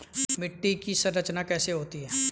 मिट्टी की संरचना कैसे होती है?